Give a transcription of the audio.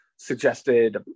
suggested